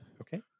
Okay